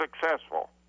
successful